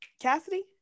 Cassidy